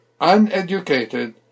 uneducated